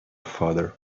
father